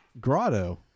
Grotto